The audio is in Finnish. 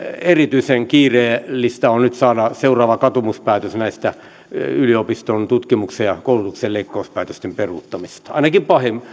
erityisen kiireellistä on nyt saada seuraava katumuspäätös näiden yliopiston tutkimuksen ja koulutuksen leikkauspäätösten peruuttamisesta ainakin